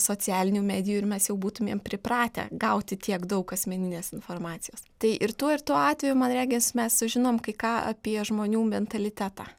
socialinių medijų ir mes jau būtumėm pripratę gauti tiek daug asmeninės informacijos tai ir tuo ir tuo atveju man regis mes sužinom kai ką apie žmonių mentalitetą